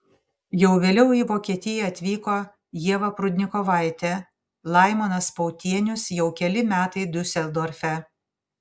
jau vėliau į vokietiją atvyko ieva prudnikovaitė laimonas pautienius jau keli metai diuseldorfe